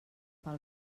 pel